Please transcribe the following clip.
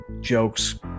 jokes